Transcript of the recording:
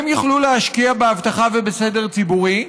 הן יוכלו להשקיע באבטחה ובסדר ציבורי,